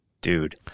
Dude